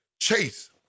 chase